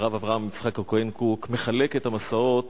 הרב אברהם יצחק הכהן קוק, מחלק את המסעות